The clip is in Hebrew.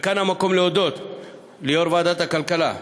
וכאן המקום להודות ליושב-ראש ועדת הכלכלה,